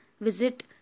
visit